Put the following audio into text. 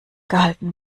gehalten